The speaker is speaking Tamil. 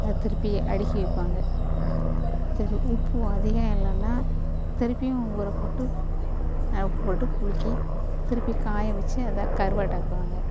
அது திருப்பி அடுக்கி வைப்பாங்க திருப்பி உப்பு அதிகம் இல்லைனா திருப்பியும் ஊற போட்டு அதில் உப்பு போட்டு குலுக்கி திருப்பி காய வச்சி அதை கருவாடாக்குவாங்க